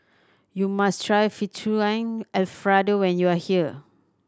you must try Fettuccine Alfredo when you are here